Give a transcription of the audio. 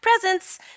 presents